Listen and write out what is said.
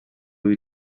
biba